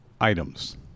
items